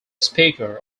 speaker